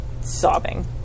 sobbing